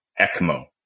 ECMO